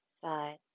side